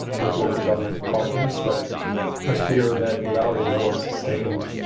with local government and partners that i fear that without a more sustained.